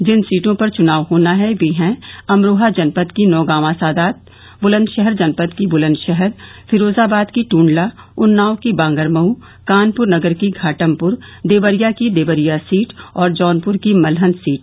जिन सीटों पर चुनाव होना है वे है अमरोहा जनपद की नौगांवा सादात बुलन्दशहर जनपद की बुलन्दशहर फिरोजाबाद की टूंडला उन्नाव की बांगरमऊ कानपुर नगर की घाटमपुर देवरिया की देवरिया सीट और जौनपुर की मलहन सीट